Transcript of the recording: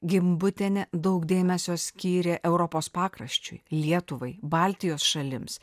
gimbutienė daug dėmesio skyrė europos pakraščiui lietuvai baltijos šalims